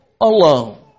alone